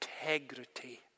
integrity